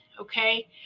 okay